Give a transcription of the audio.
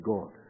God